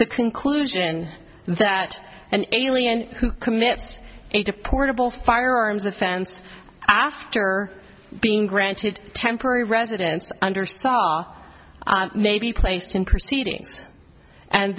the conclusion that an alien who commits a deplorable firearms offense after being granted temporary residence under saw may be placed in proceedings and